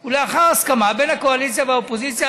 הוא לאחר הסכמה בין הקואליציה והאופוזיציה.